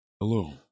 Hello